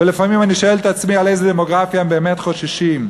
ולפעמים אני שואל את עצמי מאיזו דמוגרפיה הם באמת חוששים.